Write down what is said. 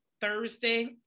Thursday